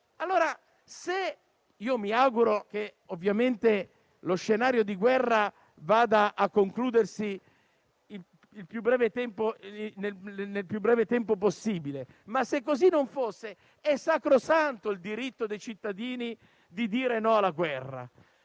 Ovviamente, mi auguro che lo scenario di guerra vada a concludersi nel più breve tempo possibile. Ma, se così non fosse, com'è sacrosanto il diritto dei cittadini di dire no alla guerra,